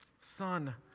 Son